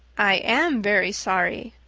i am very sorry,